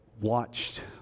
watched